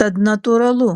tad natūralu